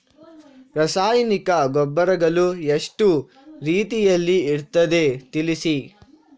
ರಾಸಾಯನಿಕ ಗೊಬ್ಬರಗಳು ಎಷ್ಟು ರೀತಿಯಲ್ಲಿ ಇರ್ತದೆ ತಿಳಿಸಿ?